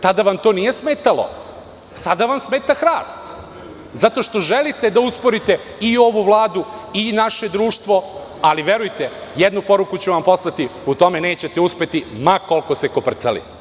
Tada vam to nije smetala, a sada vam smeta hrast zato što želite da usporite i ovu vladu i naše društvo, ali, verujte, jednu poruku ću vam poslati – u tome nećete uspeti, ma koliko se koprcali.